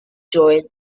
join